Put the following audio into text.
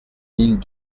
mille